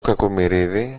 κακομοιρίδη